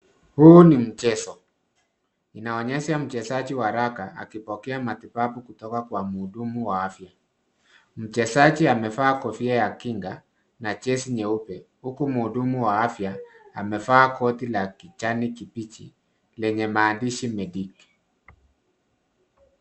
Huu ni mchezo. Inaonyesha mchezaji wa raga akipokea matibabu kutoka kwa mhudumu wa afya. Mchezaji amevaa kofia ya kinga na jezi nyeupe huku mhudumu wa afya amevaa koti la kijani kibichi lenye maandishi medic .